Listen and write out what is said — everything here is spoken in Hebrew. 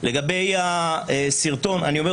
אני קצין